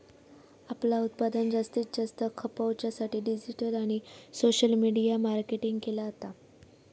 आपला उत्पादन जास्तीत जास्त खपवच्या साठी डिजिटल आणि सोशल मीडिया मार्केटिंग केला जाता